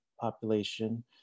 population